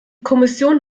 kommission